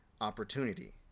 opportunity –